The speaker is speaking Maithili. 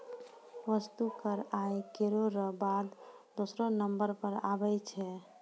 वस्तु कर आय करौ र बाद दूसरौ नंबर पर आबै छै